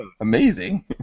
Amazing